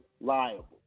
liable